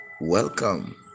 Welcome